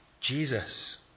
Jesus